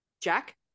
Jack